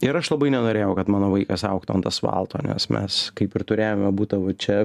ir aš labai nenorėjau kad mano vaikas augtų ant asfalto nes mes kaip ir turėjome butą va čia